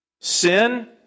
sin